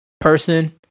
person